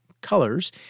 colors